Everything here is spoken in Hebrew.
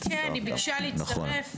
כן, היא ביקשה להצטרף.